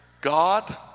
God